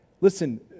Listen